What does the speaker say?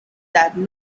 that